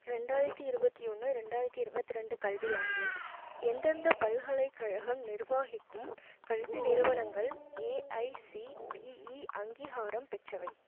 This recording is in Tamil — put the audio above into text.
ரெண்டாயிரத்தி இருபத்தி ஒன்று ரெண்டாயிரத்தி இருபத்தி ரெண்டு கல்வியாண்டில் எந்தெந்த பல்கலைக்கழகம் நிர்வாகிக்கும் கல்வி நிறுவனங்கள் ஏஐசிடிஇ அங்கீகாரம் பெற்றவை